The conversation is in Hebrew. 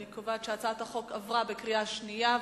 אני קובעת שהצעת החוק עברה בקריאה שנייה.